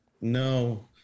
No